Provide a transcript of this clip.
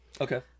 Okay